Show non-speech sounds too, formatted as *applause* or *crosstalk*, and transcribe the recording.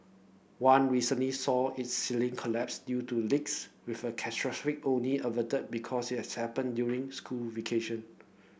one recently saw its ceiling collapse due to leaks with a *unintelligible* only averted because it has happened during school vacation